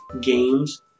games